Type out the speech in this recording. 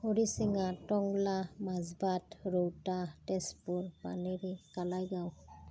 Harisinga Tangla Majbat Rowta Tezpur Paneri Kalaigaon